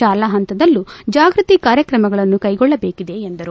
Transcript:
ತಾಲಾ ಹಂತದಲ್ಲೂ ಜಾಗೃತಿ ಕಾರ್ಯಕ್ರಮಗಳನ್ನು ಕೈಗೊಳ್ಳಬೇಕಿಜ ಎಂದರು